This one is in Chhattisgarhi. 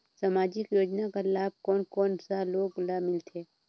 समाजिक योजना कर लाभ कोन कोन सा लोग ला मिलथे?